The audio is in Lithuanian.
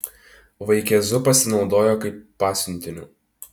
vaikėzu pasinaudojo kaip pasiuntiniu